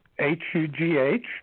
H-U-G-H